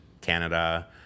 Canada